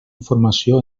informació